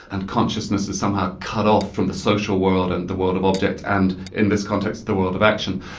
and consciousness as somehow cut off from the social world and the world of objects, and in this context, the the world of action.